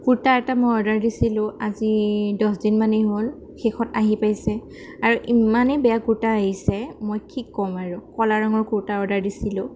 কুৰ্তা এটা মই অৰ্ডাৰ দিছিলোঁ আজি দহ দিনমানেই হ'ল শেষত আহি পাইছে আৰু ইমানেই বেয়া কুৰ্তা আহিছে মই কি ক'ম আৰু ক'লা ৰঙৰ কুৰ্তা অৰ্ডাৰ দিছিলোঁ